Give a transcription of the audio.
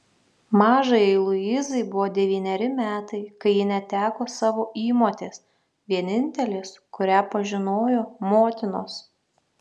mažajai luizai buvo devyneri metai kai ji neteko savo įmotės vienintelės kurią pažinojo motinos